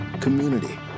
community